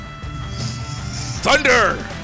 Thunder